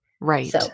Right